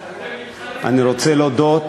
היושב-ראש, אני רוצה להודות